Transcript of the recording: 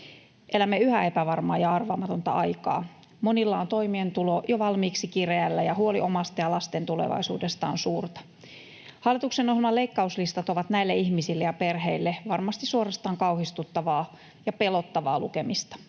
Elämme yhä epävarmaa ja arvaamatonta aikaa. Monilla on toimeentulo jo valmiiksi kireällä, ja huoli omasta ja lasten tulevaisuudesta on suurta. Hallituksen ohjelman leikkauslistat ovat näille ihmisille ja perheille varmasti suorastaan kauhistuttavaa ja pelottavaa lukemista.